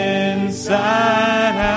inside